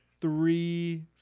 three